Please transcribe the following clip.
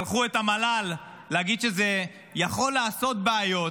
שלחו את המל"ל להגיד שזה יכול לעשות בעיות,